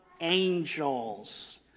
angels